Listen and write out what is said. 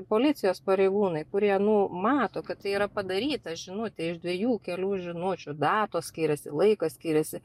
policijos pareigūnai kurie nu mato kad tai yra padaryta žinutė iš dviejų kelių žinučių datos skiriasi laikas skiriasi